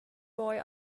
boy